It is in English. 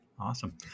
Awesome